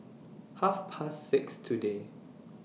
Half Past six today